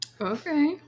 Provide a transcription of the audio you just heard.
okay